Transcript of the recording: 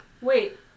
Wait